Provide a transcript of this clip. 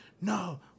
No